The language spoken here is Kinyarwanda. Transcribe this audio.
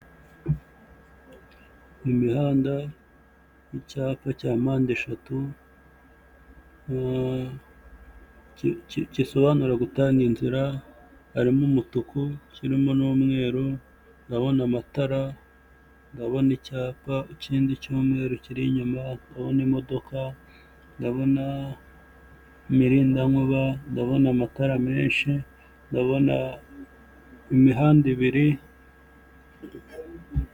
Umugore ufite umusatsi muremure wambaye imyenda y'umutuku, vharimo n'umukara n'umweru n'ijipo ngufiya, ufite igikapu gikunzwe gukoreshwa n'abantu bakunze kujya mu mahanga akaba ahagaze hafi y'ibyapa bigiye bitandukanye ndetse n'inyuma yaho hakaba hari iminara y'amashanyarazi.